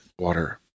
water